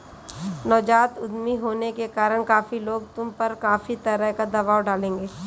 नवजात उद्यमी होने के कारण काफी लोग तुम पर काफी तरह का दबाव डालेंगे